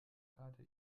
karte